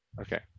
Okay